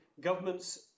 governments